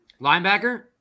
Linebacker